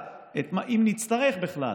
אם נצטרך בכלל,